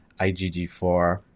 IgG4